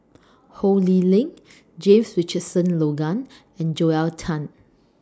Ho Lee Ling James Richardson Logan and Joel Tan